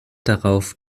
darauf